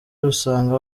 usanga